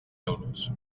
euros